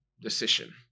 decision